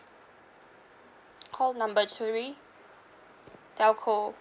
call number three telco